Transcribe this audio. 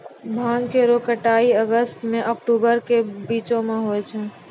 भांग केरो कटाई अगस्त सें अक्टूबर के बीचो म होय छै